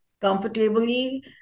comfortably